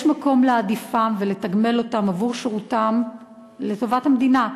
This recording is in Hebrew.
יש מקום להעדיף ולתגמל אותם עבור שירותם לטובת המדינה.